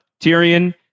Tyrion